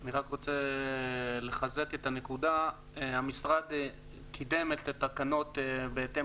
אני רק רוצה לחזק את הנקודה: המשרד קידם את התקנות בהתאם